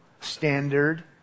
standard